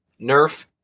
Nerf